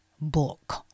book